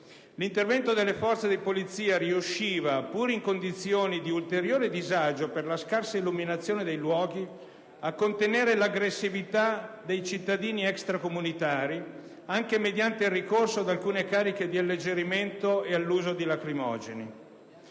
L'intervento delle forze di polizia riusciva, pur in condizioni di ulteriore disagio per la scarsa illuminazione dei luoghi, a contenere l'aggressività dei cittadini extracomunitari anche mediante il ricorso ad alcune cariche di alleggerimento e all'uso di lacrimogeni.